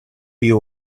you